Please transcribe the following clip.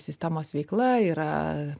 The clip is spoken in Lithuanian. sistemos veikla yra